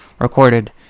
recorded